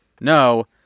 no